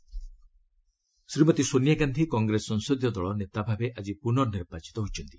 CPP meet Shrimati Sonia Gandhi Congress ସଂସଦୀୟ ଦଳ ନେତା ଭାବେ ଆଜି ପୁନଃ ନିର୍ବାଚିତ ହୋଇଛନ୍ତି